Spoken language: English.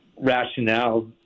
rationale